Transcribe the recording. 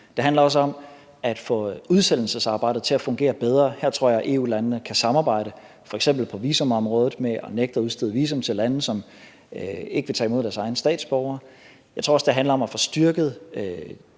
Det handler også om at få udsendelsesarbejdet til at fungere bedre. Her tror jeg at EU-landene kan samarbejde, f.eks. på visumområdet med at nægte at udstede visum til folk fra lande, der ikke vil tage imod deres egne statsborgere. Jeg tror også, det handler om at få styrket